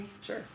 Sure